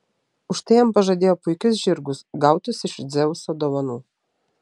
už tai jam pažadėjo puikius žirgus gautus iš dzeuso dovanų